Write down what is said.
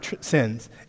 sins